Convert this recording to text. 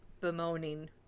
bemoaning